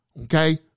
Okay